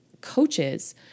coaches